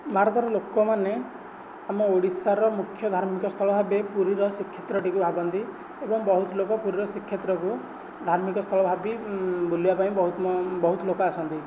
ଭାରତର ଲୋକମାନେ ଆମ ଓଡ଼ିଶାର ମୁଖ୍ୟ ଧାର୍ମିକ ସ୍ଥଳ ଭାବେ ପୁରୀର ଶ୍ରୀକ୍ଷେତ୍ରଟିକୁ ଭାବନ୍ତି ଏବଂ ବହୁତ ଲୋକ ପୁରୀର ଶ୍ରୀକ୍ଷେତ୍ରକୁ ଧାର୍ମିକ ସ୍ଥଳ ଭାବି ବୁଲିବା ପାଇଁ ବହୁତ ଲୋକ ଆସନ୍ତି